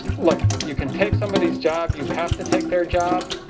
like you can take somebody's job. you have to take their job.